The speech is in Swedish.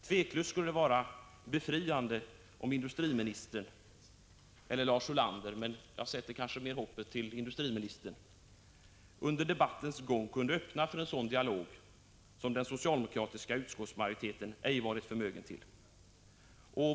Otvivelaktigt skulle det vara befriande om industriministern eller Lars Ulander — i det här avseendet sätter jag kanske mitt hopp till i första hand industriministern — under debattens gång kunde öppna för en dialog från de utgångspunkter jag talat om, vilket den socialdemokratiska utskottsmajoriteten ej har varit förmögen till.